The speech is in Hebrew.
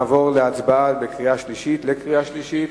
נעבור להצבעה בקריאה שלישית.